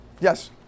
Yes